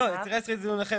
לא, יצירה ישראלית זה דיון אחר.